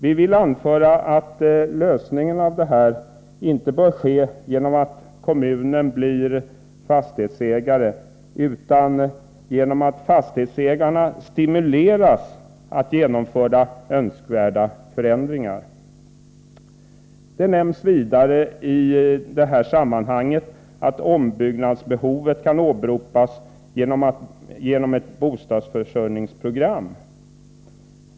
Vi vill anföra att lösningen av detta problem inte bör ske genom att kommunen blir fastighetsägare utan genom att fastighetsägarna stimuleras att genomföra önskvärda förändringar. Det nämns vidare i detta sammanhang att ombyggnadsbehovet kan åberopas i ett bostadsförsörjningsprogram.